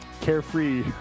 carefree